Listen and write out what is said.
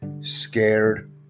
scared